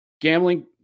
Gambling